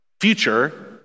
future